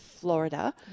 Florida